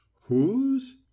Whose